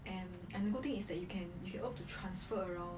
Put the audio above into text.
and and the good thing is that you can you can opt to transfer around